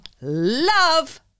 love